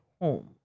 home